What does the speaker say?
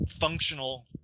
functional